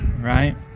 right